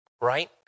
right